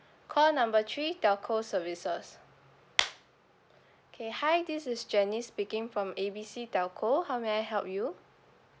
call number three telcos services okay hi this is jenny speaking from A B C telco how may I help you